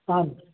ಹಾಂ ರೀ